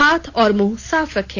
हाथ और मुंह साफ रखें